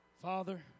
Father